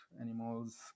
animals